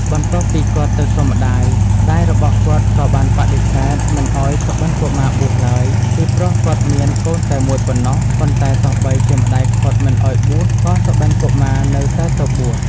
បន្តាប់ពីគាត់ទៅសុំម្តាយ ម្តាយរបស់គាត់ក៏បានបដិសេធមិនអោយសុបិន្តកុមារបួសឡើយ ពីព្រោះគាត់មានកូនតែមួយប៉ុណ្នោះ ប៉ុន្តែទោះបីជាម្តាយឃាត់មិនអោយបួសក៏សុបិន្តកុមាននៅតែទៅបួស។